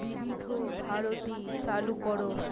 বিবিধ ভারতী চালু করো